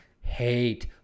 hate